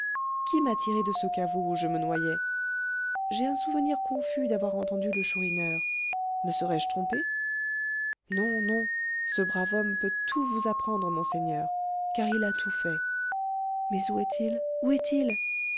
qui m'a tiré de ce caveau où je me noyais j'ai un souvenir confus d'avoir entendu le chourineur me serais-je trompé non non ce brave homme peut tout vous apprendre monseigneur car il a tout fait mais où est-il où est-il